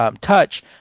Touch